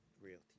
Realty